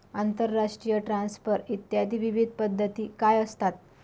आंतरराष्ट्रीय ट्रान्सफर इत्यादी विविध पद्धती काय असतात?